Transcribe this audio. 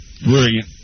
Brilliant